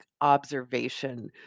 observation